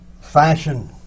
fashion